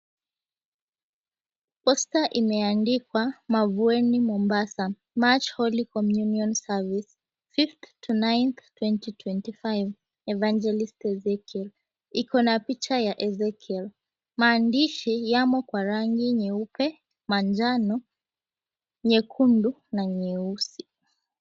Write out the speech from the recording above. Posta imeandikwa Mavueni Mombasa Match Holy Communion Service 5TH-9TH 2025, Evangelist Ezekiel. Iko na picha ya Ezekiel, maandishi yamo kwa rangi nyeupe, manjano, nyekundu, na nyeusi.